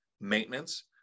maintenance